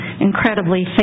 incredibly